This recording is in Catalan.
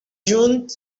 junt